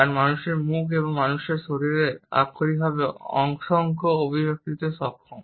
কারণ মানুষের মুখ এবং মানুষের শরীর আক্ষরিকভাবে অসংখ্য অভিব্যক্তিতে সক্ষম